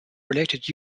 related